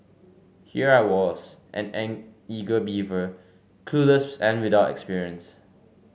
here I was an an eager beaver clueless and without experience